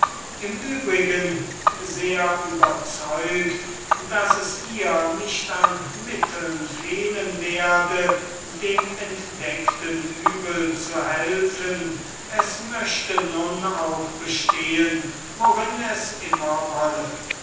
im übrigen sehr überzeugt daß es ihr nicht an mitteln fehlen werde dem entdeckten übel zu helfen es möchte nun auch bestehen worin es immer wollte